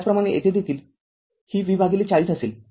त्याचप्रमाणे येथे देखील हे V४० असेल